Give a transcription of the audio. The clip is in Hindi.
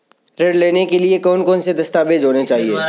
ऋण लेने के लिए कौन कौन से दस्तावेज होने चाहिए?